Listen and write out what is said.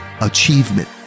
achievement